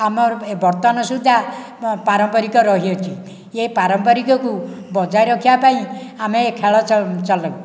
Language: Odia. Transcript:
ଆମର ବର୍ତ୍ତମାନ ସୁଦ୍ଧା ପାରମ୍ପରିକ ରହିଅଛି ଏ ପାରମ୍ପାରିକକୁ ବଜାଇ ରଖିବା ପାଇଁ ଆମେ ଖେଳ ଚାଲୁ